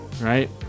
right